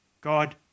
God